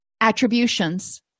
attributions